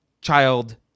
child